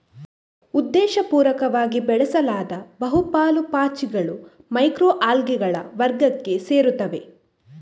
ಉದ್ದೇಶಪೂರ್ವಕವಾಗಿ ಬೆಳೆಸಲಾದ ಬಹು ಪಾಲು ಪಾಚಿಗಳು ಮೈಕ್ರೊ ಅಲ್ಗೇಗಳ ವರ್ಗಕ್ಕೆ ಸೇರುತ್ತವೆ